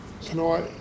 tonight